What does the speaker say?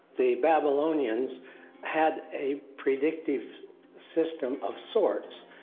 the babylonians had a predictive system of sorts,